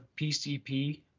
PCP